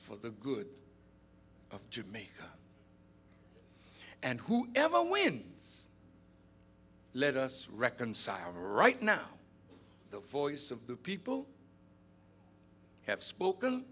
for the good of jamaica and whoever wins let us reconcile right now the voice of the people have spoken